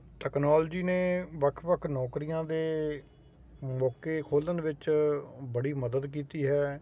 technology ਨੇ ਵੱਖ ਵੱਖ ਨੌਕਰੀਆਂ ਦੇ ਮੌਕੇ ਖੋਲਣ ਵਿੱਚ ਬੜੀ ਮਦਦ ਕੀਤੀ ਹੈ